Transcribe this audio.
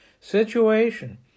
situation